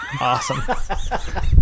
Awesome